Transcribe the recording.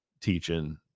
teaching